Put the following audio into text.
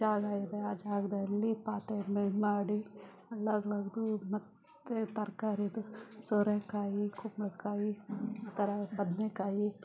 ಜಾಗ ಇದೆ ಆ ಜಾಗದಲ್ಲಿ ಪಾತಿ ಎಲ್ಲ ಇದ್ಮಾಡಿ ಅಂಗಳಗಳು ಅಗಿದು ಇದು ಮತ್ತೆ ತರಕಾರಿದು ಸೋರೇಕಾಯಿ ಕುಂಬಳಕಾಯಿ ಆ ಥರಾ ಬದನೇಕಾಯಿ